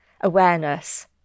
awareness